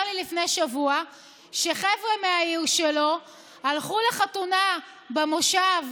לי לפני שבוע שחבר'ה מהעיר שלו הלכו לחתונה במושב,